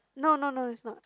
no no no it's not